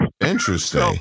Interesting